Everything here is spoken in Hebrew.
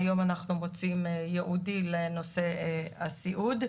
והיום אנחנו מוציאים ייעודי לנושא הסיעוד.